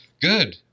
Good